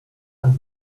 and